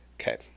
Okay